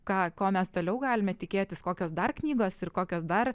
ką ko mes toliau galime tikėtis kokios dar knygos ir kokios dar